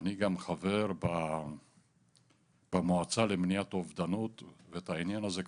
אני גם חבר במועצה למניעת אובדנות ואת העניין הזה כבר,